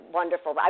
wonderful